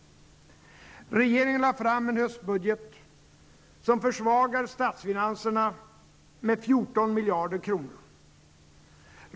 Regeringen har lagt fram en höstbudget som försvagar statsfinanserna med 14 miljarder kronor.